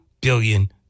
billion